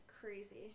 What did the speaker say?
crazy